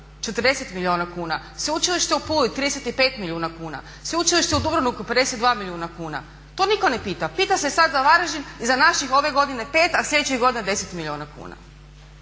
40 milijuna kuna. Sveučilište u Puli 35 milijuna kuna, Sveučilište u Dubrovniku 52 milijuna kuna. To nitko ne pita, pita se sada za Varaždin i za naših ove godine 5 a sljedeće godine 10 milijuna kuna.